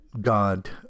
god